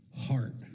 heart